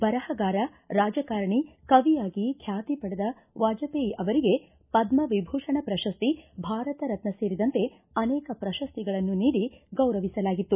ಬರಹಗಾರ ರಾಜಕಾರಣಿ ಕವಿಯಾಗಿ ಖ್ಯಾತಿ ಪಡೆದ ವಾಜಪೇಯಿ ಅವರಿಗೆ ಪದ್ದವಿಭೂಷಣ ಪ್ರಶಸ್ತಿ ಭಾರತ ರತ್ನ ಸೇರಿದಂತೆ ಅನೇಕ ಪ್ರಶಸ್ತಿಗಳನ್ನು ನೀಡಿ ಗೌರವಿಸಲಾಗಿತ್ತು